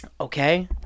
Okay